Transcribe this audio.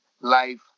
life